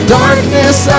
darkness